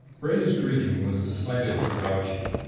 bray's greeting was decidedly grouchy.